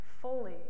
fully